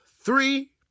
three